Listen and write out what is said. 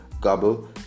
gobble